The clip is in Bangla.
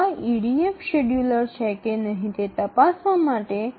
এটি EDF সময়সূচীযোগ্য কিনা তা পরীক্ষা করতে হবে